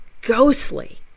ghostly